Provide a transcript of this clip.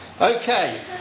Okay